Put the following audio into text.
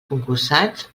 concursants